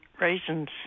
raisins